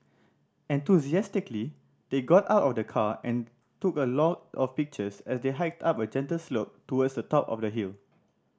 enthusiastically they got out of the car and took a lot of pictures as they hiked up a gentle slope towards the top of the hill